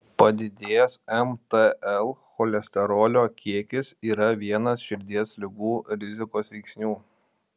padidėjęs mtl cholesterolio kiekis yra vienas širdies ligų rizikos veiksnių